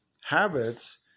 Habits